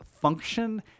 function